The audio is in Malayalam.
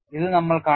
ഇത് നമ്മൾ കണ്ടു